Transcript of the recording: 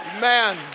Man